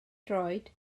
droed